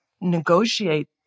negotiate